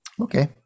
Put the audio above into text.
Okay